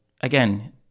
Again